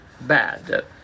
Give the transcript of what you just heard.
bad